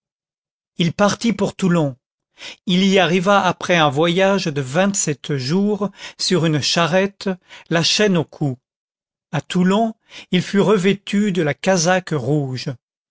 il partit pour toulon il y arriva après un voyage de vingt-sept jours sur une charrette la chaîne au cou à toulon il fut revêtu de la casaque rouge